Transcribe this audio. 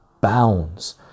bounds